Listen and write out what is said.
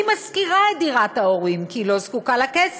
והיא משכירה את דירת ההורים כי היא לא זקוקה לכסף,